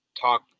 talk